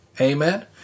Amen